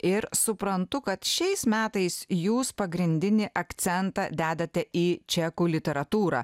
ir suprantu kad šiais metais jūs pagrindinį akcentą dedate į čekų literatūrą